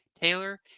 Taylor